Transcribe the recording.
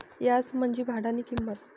याज म्हंजी भाडानी किंमत